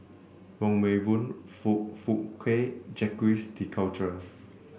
Wong Meng Voon Foong Fook Kay Jacques De Coutre